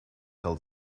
told